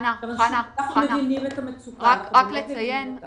אנחנו מבינים את המצוקה, אנחנו ממש מבינים אותה.